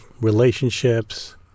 relationships